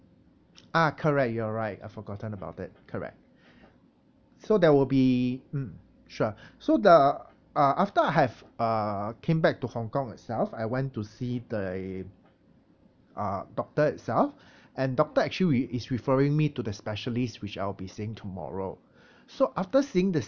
ah correct you're right I forgotten about that correct so there will be mm sure so the uh after I have uh came back to hong kong itself I went to see the uh doctor itself and doctor actually he is referring me to the specialist which I'll be seeing tomorrow so after seeing this